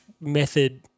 method